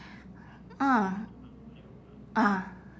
ah ah